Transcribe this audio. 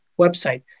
website